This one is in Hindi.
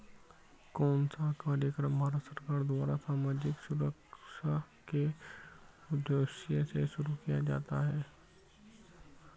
कौन सा कार्यक्रम भारत सरकार द्वारा सामाजिक सुरक्षा के उद्देश्य से शुरू किया गया है?